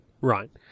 right